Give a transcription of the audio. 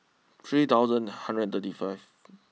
three thousand a hundred thirty fifth